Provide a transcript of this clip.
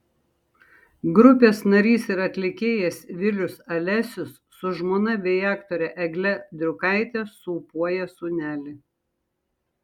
grupės narys ir atlikėjas vilius alesius su žmona bei aktore egle driukaite sūpuoja sūnelį